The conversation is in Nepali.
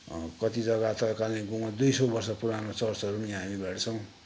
कति जग्गा त कालिम्पोङमा दुई सौ वर्ष पुरानो चर्चहरू यहाँ हामी भेट्छौँ